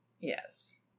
Yes